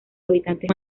habitantes